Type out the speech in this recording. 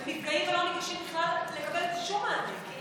הם נפגעים ולא ניגשים בכלל לקבל שום מענה,